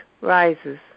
rises